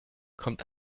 kommt